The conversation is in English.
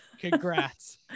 congrats